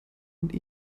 und